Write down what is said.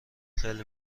خیلی